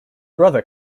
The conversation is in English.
brother